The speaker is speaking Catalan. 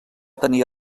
tenir